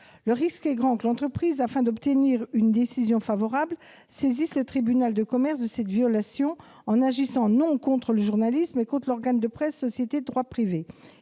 Le risque est grand que l'entreprise, afin d'obtenir une décision favorable, saisisse le tribunal de commerce de cette violation, en agissant non contre le journaliste, mais contre l'organe de presse, société de droit privé.